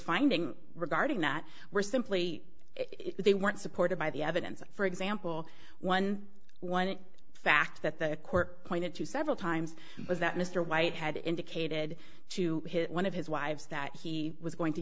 finding regarding that were simply they weren't supported by the evidence for example one one in fact that the court pointed to several times was that mr white had indicated to hit one of his wives that he was going to